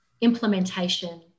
implementation